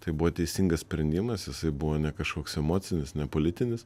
tai buvo teisingas sprendimas jisai buvo ne kažkoks emocinis ne politinis